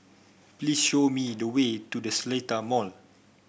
please show me the way to The Seletar Mall